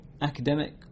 academic